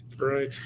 Right